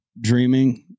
dreaming